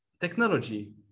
technology